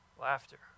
laughter